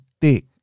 thick